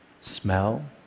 Smell